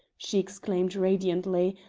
she exclaimed, radiantly,